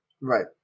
Right